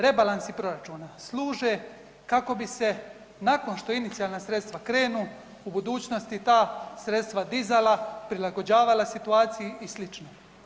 Rebalansi proračuna služe kako bi se nakon što inicijalna sredstva krenu u budućnosti ta sredstva dizala, prilagođavala situaciji i sl.